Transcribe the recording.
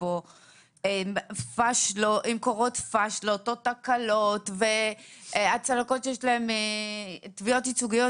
כאן אם קורות פשלות או תקלות ועל תביעות ייצוגיות